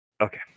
Okay